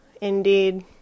Indeed